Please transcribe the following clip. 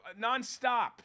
nonstop